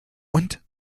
und